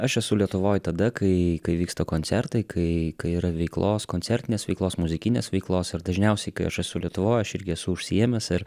aš esu lietuvoj tada kai kai vyksta koncertai kai kai yra veiklos koncertinės veiklos muzikinės veiklos ir dažniausiai kai aš esu lietuvoj aš irgi esu užsiėmęs ir